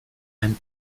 and